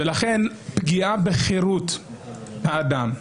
לכן פגיעה בחירות האדם,